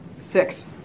Six